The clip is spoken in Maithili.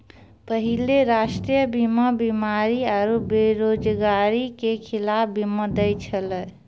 पहिले राष्ट्रीय बीमा बीमारी आरु बेरोजगारी के खिलाफ बीमा दै छलै